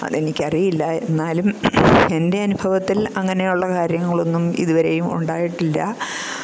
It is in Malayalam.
അതെനിക്കറിയില്ല എന്നാലും എന്റെ അനുഭവത്തില് അങ്ങനെയുള്ള കാര്യങ്ങളൊന്നും ഇതുവരെയും ഉണ്ടായിട്ടില്ല